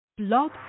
Blog